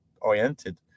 oriented